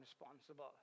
responsible